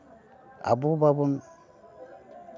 ᱟᱵᱚ ᱵᱟᱵᱚᱱ